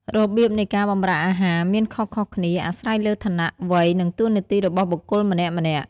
របៀបនៃការបម្រើអាហារមានខុសៗគ្នា អាស្រ័យលើឋានៈ វ័យ និងតួនាទីរបស់បុគ្គលម្នាក់ៗ។